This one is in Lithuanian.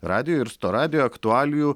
radiju ir su to radijo aktualijų